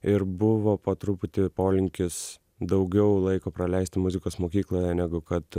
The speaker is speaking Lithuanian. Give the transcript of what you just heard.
ir buvo po truputį polinkis daugiau laiko praleisti muzikos mokykloje negu kad